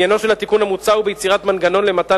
עניינו של התיקון המוצע הוא ביצירת מנגנון למתן